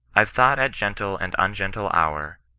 i've thought at gentle and ungentle hour.